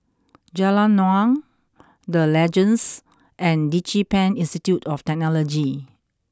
Jalan Naung The Legends and DigiPen Institute of Technology